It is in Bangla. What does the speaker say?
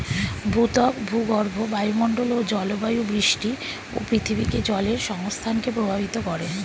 ভূত্বক, ভূগর্ভ, বায়ুমন্ডল ও জলবায়ু বৃষ্টি ও পৃথিবীতে জলের সংস্থানকে প্রভাবিত করে